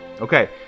Okay